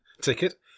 Ticket